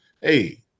hey